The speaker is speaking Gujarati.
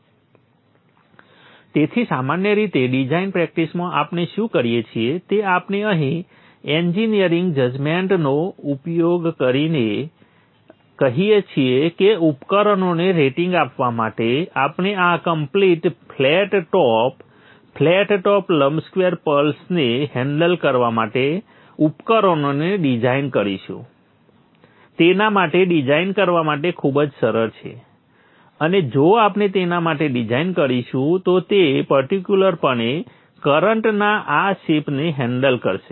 તેથી સામાન્ય રીતે ડિઝાઇન પ્રેક્ટિસમાં આપણે શું કરીએ છીએ તે આપણે અહીં એન્જિનિયરિંગ જજમેન્ટનો ઉપયોગ કરીએ છીએ અને કહીએ છીએ કે ઉપકરણોને રેટિંગ આપવા માટે આપણે આ complete flat top flat top લંબસ્ક્વેર પલ્સને હેન્ડલ કરવા માટે ઉપકરણોને ડિઝાઇન કરીશું તેના માટે ડિઝાઇન કરવા માટે ખૂબજ સરળ છે અને જો આપણે તેના માટે ડિઝાઇન કરીશું તો તે પર્ટિક્યુલરપણે કરંટના આ શેપને હેન્ડલ કરશે